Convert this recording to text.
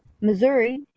Missouri